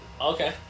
Okay